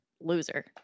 loser